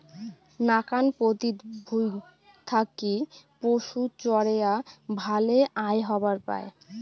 নাকান পতিত ভুঁই থাকি পশুচরেয়া ভালে আয় হবার পায়